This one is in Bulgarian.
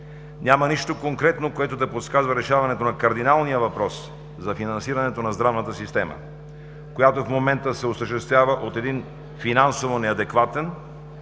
Няма нищо конкретно, което да подсказва решаването на кардиналния въпрос за финансирането на здравната система, която в момента се осъществява от един финансово неадекватен,